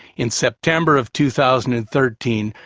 in september of two thousand and thirteen,